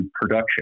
production